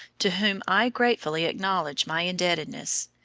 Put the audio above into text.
to whom i gratefully acknowledge my indebtedness.